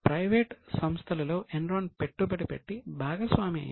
private సంస్థల లో Enron పెట్టుబడి పెట్టి భాగస్వామి అయింది